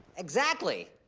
exactly.